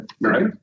Right